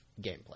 gameplay